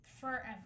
forever